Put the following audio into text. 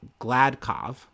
gladkov